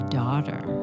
daughter